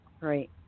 Right